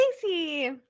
Casey